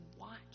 watch